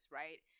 right